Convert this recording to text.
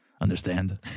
Understand